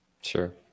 Sure